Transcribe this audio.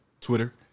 Twitter